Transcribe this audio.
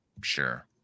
sure